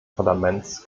parlaments